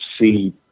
see